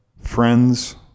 friends